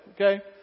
okay